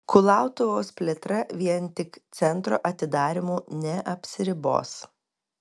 kulautuvos plėtra vien tik centro atidarymu neapsiribos